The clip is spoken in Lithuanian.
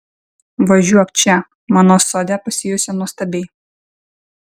važiuok čia mano sode pasijusi nuostabiai